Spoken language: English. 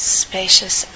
spacious